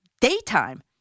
daytime